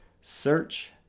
search